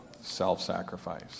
self-sacrifice